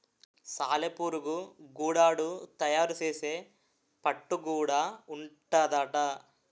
సాలెపురుగు గూడడు తయారు సేసే పట్టు గూడా ఉంటాదట